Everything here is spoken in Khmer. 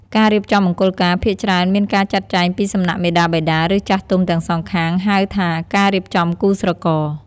ការរៀបចំមង្គលការភាគច្រើនមានការចាត់ចែងពីសំណាក់មាតាបិតា ឬចាស់ទុំទាំងសងខាង ហៅថាការរៀបចំគូស្រករ។